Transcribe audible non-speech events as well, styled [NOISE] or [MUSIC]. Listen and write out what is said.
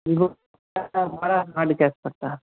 [UNINTELLIGIBLE] पड़ता है